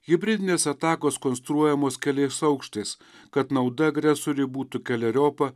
hibridinės atakos konstruojamos keliais aukštais kad nauda agresoriui būtų keleriopa